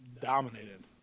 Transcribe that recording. dominated